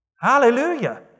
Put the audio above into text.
Hallelujah